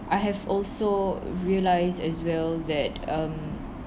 I have also realise as well that um